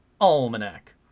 Almanac